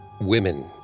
Women